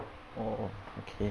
oh okay